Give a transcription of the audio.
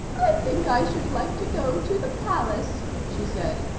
think i should like to go to the palace, she said.